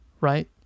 right